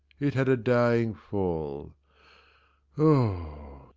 it had a dying fall o,